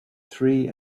three